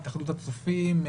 התאחדות הצופים,